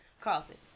Carlton